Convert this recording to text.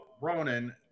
Ronan